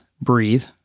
breathe